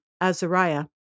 Azariah